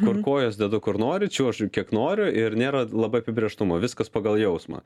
kur kojas dedu kur noriu čiuožiu kiek noriu ir nėra labai apibrėžtumo viskas pagal jausmą